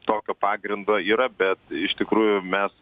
tokio pagrindo yra bet iš tikrųjų mes